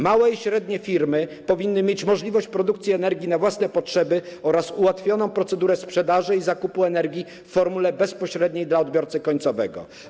Małe i średnie firmy powinny mieć możliwość produkcji energii na własne potrzeby oraz ułatwioną procedurę sprzedaży i zakupu energii w formule bezpośredniej w przypadku odbiorcy końcowego.